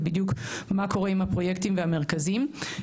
בדיוק מה קורה עם הפרויקטים והמרכזים.